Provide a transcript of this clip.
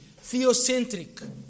theocentric